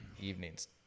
evening's